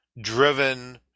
driven